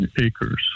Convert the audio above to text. acres